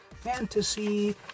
fantasy